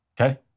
Okay